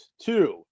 Two